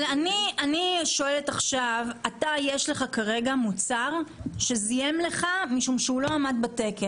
לך יש כרגע מוצר שזיהם לך כי הוא לא עמד בתקן.